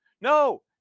No